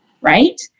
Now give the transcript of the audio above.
right